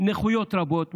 נכויות רבות,